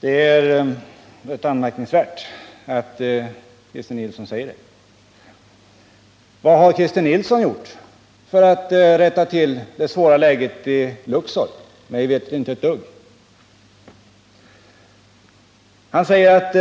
Det är rätt anmärkningsvärt att Christer Nilsson säger detta. Vad har Christer Nilsson gjort för att rätta till det svåra läget i Luxor? Mig veterligt inte ett dugg. Han säger att